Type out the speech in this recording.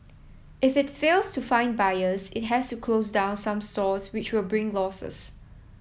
if it fails to find buyers it has to close down some stores which will bring losses